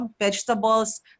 vegetables